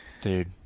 dude